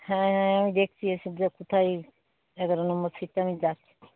হ্যাঁ হ্যাঁ আমি দেখছি এসে যে কোথায় এগারো নম্বর সীটটা আমি যাচ্ছি